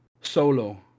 solo